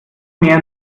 mehr